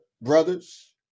brothers